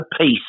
peace